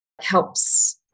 helps